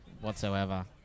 whatsoever